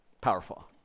Powerful